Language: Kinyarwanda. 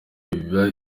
biba